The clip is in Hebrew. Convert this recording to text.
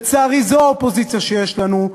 לצערי, זו האופוזיציה שיש לנו,